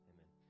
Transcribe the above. Amen